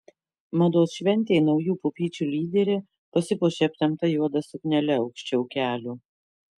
mados šventei naujų pupyčių lyderė pasipuošė aptempta juoda suknele aukščiau kelių